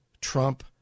Trump